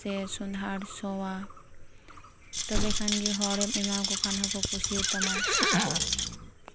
ᱥᱮ ᱥᱚᱸᱫᱷᱟᱲ ᱥᱚᱣᱟ ᱛᱚᱵᱮ ᱠᱷᱟᱱ ᱜᱮ ᱦᱚᱲ ᱮᱢ ᱮᱢᱟ ᱟᱠᱚ ᱠᱷᱟᱱ ᱦᱚᱸᱠᱚ ᱠᱩᱥᱤ ᱟᱛᱟᱢᱟ